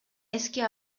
эске